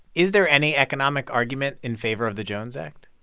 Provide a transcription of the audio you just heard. is there any economic argument in favor of the jones act?